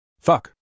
Fuck